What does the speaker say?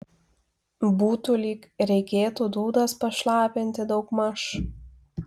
būtų lyg reikėtų dūdas pašlapinti daugmaž